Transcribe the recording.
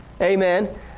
amen